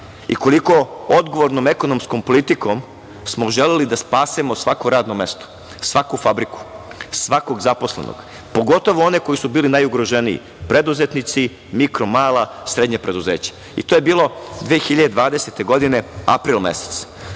i koliko odgovornom ekonomskom politikom smo želeli da spasemo svako radno mesto, svaku fabriku, svakog zaposlenog, pogotovo one koji su bili najugroženiji – preduzetnici, mikro, mala, srednja preduzeća. To je bilo 2020. godine, april mesec.